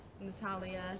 Natalia